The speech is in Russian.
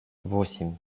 восемь